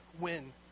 win